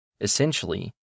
Essentially